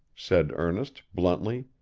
said ernest, bluntly,